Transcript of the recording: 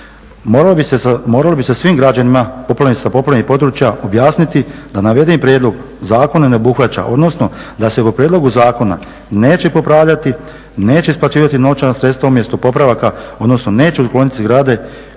moralo bi se svim građanima sa poplavljenih područja objasniti da navedeni prijedlog zakona ne obuhvaća odnosno da se po prijedlogu zakona neće popravljati, neće isplaćivati novčana sredstva umjesto popravaka odnosno neće obnoviti zgrade